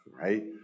Right